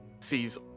sees